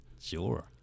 Sure